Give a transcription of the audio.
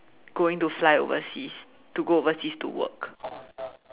going to fly overseas to go overseas to work